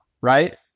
right